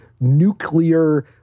nuclear